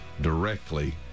directly